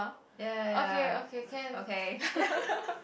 ya ya ya okay